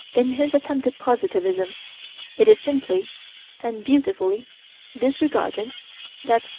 in his attempted positivism it is simply and beautifully disregarded that,